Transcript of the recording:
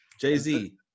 Jay-Z